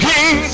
King